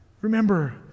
Remember